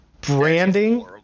branding